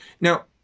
Now